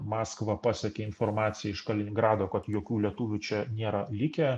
maskvą pasiekė informacija iš kaliningrado kad jokių lietuvių čia nėra likę